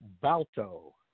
Balto